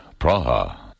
Praha